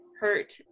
hurt